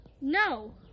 No